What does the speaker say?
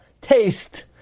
taste